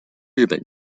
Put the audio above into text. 日本